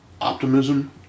optimism